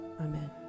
Amen